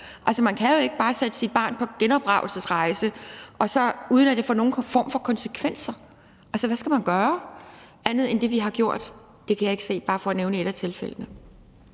Man kan jo altså ikke bare sende sit barn på genopdragelsesrejse, uden at det får nogen form for konsekvenser. Altså, hvad skal man gøre andet end det, vi har gjort? Det kan jeg ikke se. Det er bare for at nævne et af tilfældene.